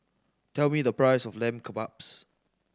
tell me the price of Lamb Kebabs